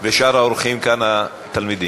ואת שאר האורחים כאן, התלמידים.